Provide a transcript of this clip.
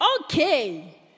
okay